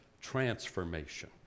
transformation